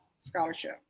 scholarship